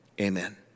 amen